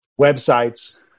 websites